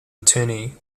attorney